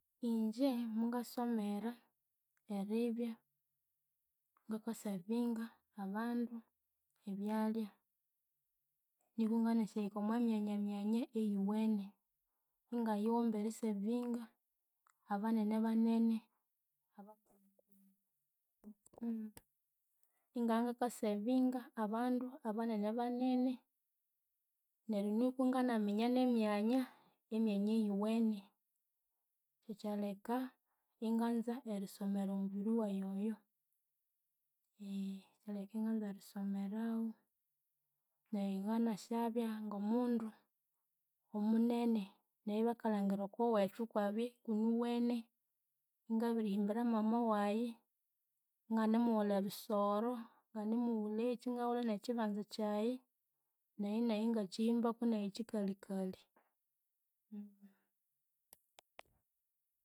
Ingye mungasomera eribya ngakaservinga abandu ebyalya niku nganasyahika omwamyanyamyana eyuwene. Ingayiwomba eriservinga abanene banene aba inga ngakaservinga abandu abanene banene neryu nuku nganaminya nemyanya emyanya eyuwene. Kyekyaleka inganza erisomera omubiri wayi oyo eghe kyaleka inganza erisomerawu nayi nganasyabya ngomundu omunene neribya ngalhangira okuwethu ikwabi kunuwene ingabirihimbira mama wayi inganemuwulha ebisoro, nganemuwulekyi ingawula nekyibanza kyayi, nayi nayi ingakyihimbaku kyikalikali